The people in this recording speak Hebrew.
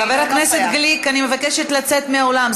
חבר הכנסת גליק, אני מבקשת לצאת מהאולם.